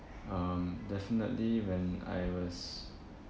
um definitely when I was